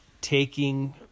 taking